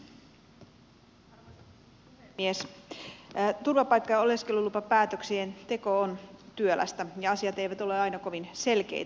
turvapaikka ja oleskelulupapäätöksien teko on työlästä ja asiat eivät ole aina kovin selkeitä